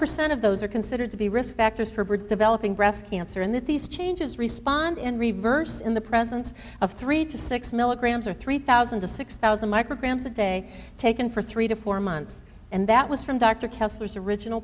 percent of those are considered to be risk factors for bird developing breast cancer and that these changes respond in reverse in the presence of three to six milligrams or three thousand to six thousand micrograms a day taken for three to four months and that was from dr kessler original